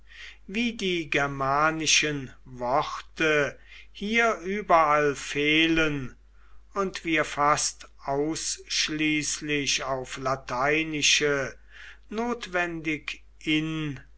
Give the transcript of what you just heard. wie die germanischen worte hier überall fehlen und wir fast ausschließlich auf lateinische notwendig inadäquate